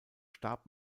starb